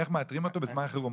איך מאתרים אותו בזמן חירום?